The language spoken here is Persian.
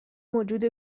موجود